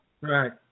Right